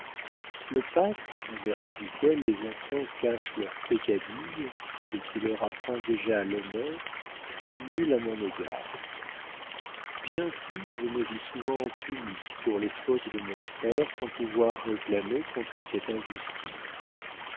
le pacte en vertu duquel les enfants cachent leurs peccadilles et qui leur apprend déjà l'honneur fut nul à mon égard bien plus je me vis souvent puni pour les fautes de mon frère sans pouvoir réclamer contre cette injustice